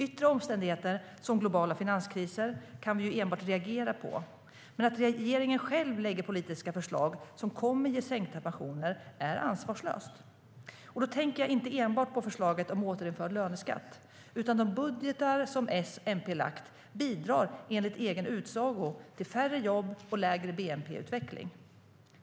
Yttre omständigheter, till exempel globala finanskriser, kan vi enbart reagera på. Men att regeringen själv lägger fram politiska förslag som kommer att ge sänkta pensioner är ansvarslöst. Då tänker jag inte enbart på förslaget om återinförd löneskatt. De budgetar som S och MP lagt fram bidrar enligt egen utsago till färre jobb och lägre bnp-utveckling.